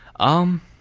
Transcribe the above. um,